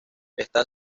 está